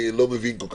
את